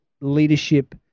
leadership